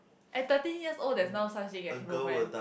at thirteen years old there's no such thing as romance